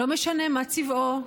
לא משנה מה צבעו,